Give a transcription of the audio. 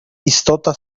istota